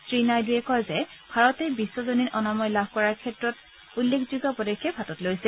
শ্ৰী নাইডুৰে কয় যে ভাৰতে বিখ্জনিন অনাময় লাভ কৰাৰ ক্ষেত্ৰটো উল্লেখযোগ্য পদক্ষেপ হাতত লৈছে